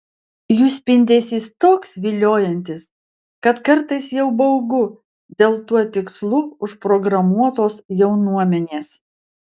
jų spindesys toks viliojantis kad kartais jau baugu dėl tuo tikslu užprogramuotos jaunuomenės